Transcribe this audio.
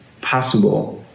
possible